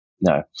no